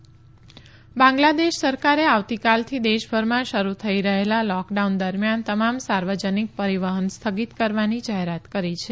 બાંગ્લાદેશ પરીવહન સ્થગિત બાંગ્લાદેશ સરકારે આવતીકાલથી દેશભરમાં શરૂ થઇ રહેલા લોકડાઉન દરમિયાન તમામ સાર્વજનીક પરીવહન સ્થગિત કરવાની જાહેરાત કરી છે